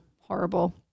horrible